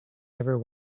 ever